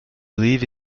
live